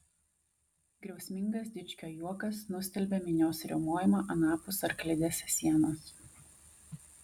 griausmingas dičkio juokas nustelbė minios riaumojimą anapus arklidės sienos